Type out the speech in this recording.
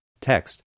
text